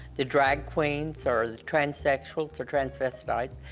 the drag queens, or the transsexuals, or transvestites.